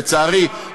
לצערי,